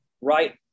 Right